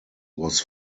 was